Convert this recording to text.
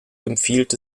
empfiehlt